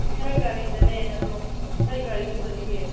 ꯏꯁꯥꯒꯤ ꯒꯥꯔꯤꯗꯅꯦ ꯑꯗꯣ ꯏꯁꯥꯒꯤ ꯒꯥꯔꯤ ꯄꯨꯔꯛꯏꯌꯦ